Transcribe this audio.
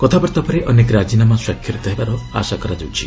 କଥାବାର୍ତ୍ତା ପରେ ଅନେକ ରାଜିନାମା ସ୍ୱାକ୍ଷରିତ ହେବାର ଆଶା କରାଯାଉଛି